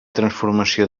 transformació